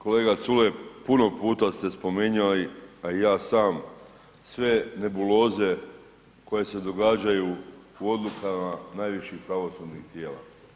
Kolega Culej, puno puta ste spominjali, a i ja sam sve nebuloze koje se događaju u odlukama najviših pravosudnih tijela.